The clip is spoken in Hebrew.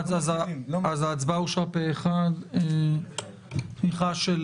אז, ההצבעה אושרה פה אחד בתמיכה של